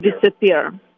disappear